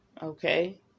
Okay